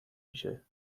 میشه